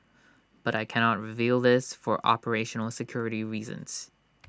but I cannot reveal this for operational security reasons